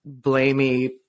blamey